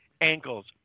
ankles